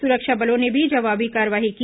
सुरक्षा बलों ने भी जवाबी कार्रवाई की